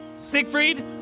Siegfried